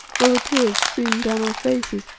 while the tears streamed down our faces.